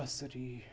بصری